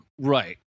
Right